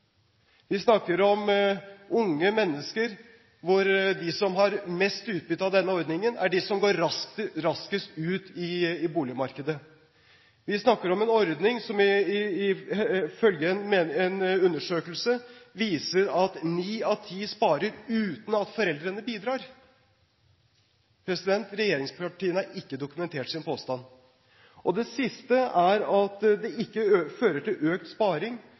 Vi snakker om ungdom. Vi snakker om unge mennesker, hvor de som har mest utbytte av denne ordningen, er de som går raskest ut i boligmarkedet. Vi snakker om en ordning som ifølge en undersøkelse viser at ni av ti sparer uten at foreldrene bidrar. Regjeringspartiene har ikke dokumentert sin påstand. Det siste er at det ikke fører til økt sparing.